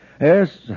Yes